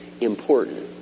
important